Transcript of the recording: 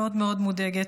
מאוד מאוד מודאגת,